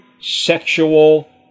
sexual